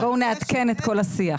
אז בואו נעדכן את כל השיח.